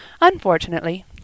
Unfortunately